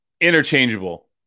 interchangeable